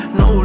no